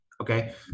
Okay